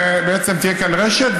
ובעצם תהיה כאן רשת.